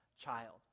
child